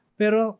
pero